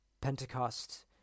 Pentecost